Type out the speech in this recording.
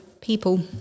people